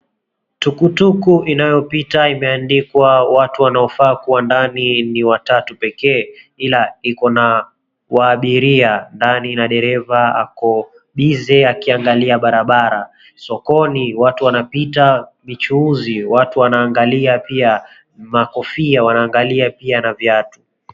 Tukutuku inayopita imeandikwa watu wanao faa kuwa ndani ni watatu pekee ila iko na waabiria ndani na dereva ako bize akiangalia barabara. Sokoni watu wanapita, michuuzi watu wanaangalia pia makofia , wanaangalia pia na viatu.